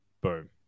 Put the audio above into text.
boom